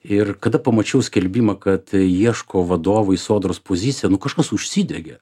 ir kada pamačiau skelbimą kad ieško vadovo į sodros poziciją nu kažkas užsidegė